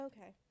okay